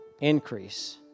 increase